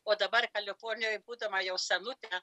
o dabar kalifornijoj būdama jau senutė